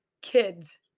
kids